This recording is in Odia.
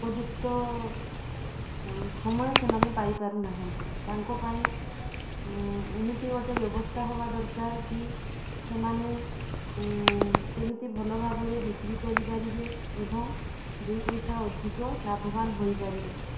ଉପଯୁକ୍ତ ସମୟ ସେମାନେ ପାଇପାରୁନାହାଁନ୍ତି ତାଙ୍କ ପାଇଁ ଏମିତି ଗୋଟେ ବ୍ୟବସ୍ଥା ହବା ଦରକାର କି ସେମାନେ କେମିତି ଭଲ ଭାବରେ ବିକ୍ରୀ କରିପାରିବେ ଏବଂ ଦୁଇ ପଇସା ଅଧିକ ଲାଭବାନ ହୋଇପାରିବେ